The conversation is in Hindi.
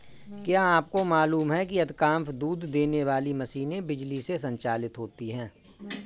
क्या आपको मालूम है कि अधिकांश दूध देने वाली मशीनें बिजली से संचालित होती हैं?